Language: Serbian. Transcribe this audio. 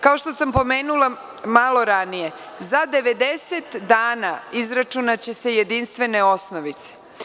Kao što sam pomenula malo ranije, za 90 dana izračunaće se jedinstvene osnovice.